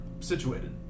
Situated